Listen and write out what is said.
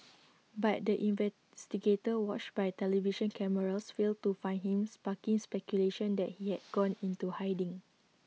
but the investigators watched by television cameras failed to find him sparking speculation that he had gone into hiding